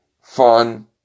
fun